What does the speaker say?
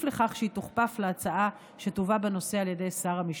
לכך שהיא תוכפף להצעה שתובא בנושא על ידי שר המשפטים.